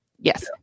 Yes